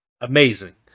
amazing